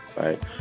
right